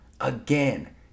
Again